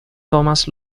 thomas